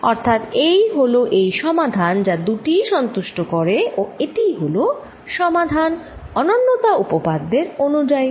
অর্থাৎ এই হল সেই সমাধান যা দুটিই সন্তুষ্ট করে ও এটি হল সমাধান অনন্যতা উপপাদ্যের অনুযায়ী